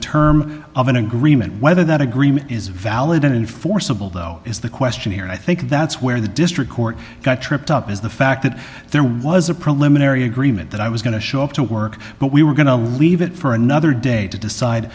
term of an agreement whether that agreement is valid enforceable though is the question here and i think that's where the district court got tripped up is the fact that there was a preliminary agreement that i was going to show up to work but we were going to leave it for another day to decide